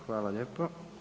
Hvala lijepo.